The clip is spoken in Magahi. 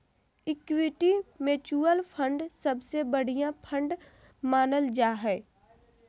इक्विटी म्यूच्यूअल फंड सबसे बढ़िया फंड मानल जा हय